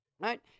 Right